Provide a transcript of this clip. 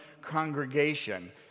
congregation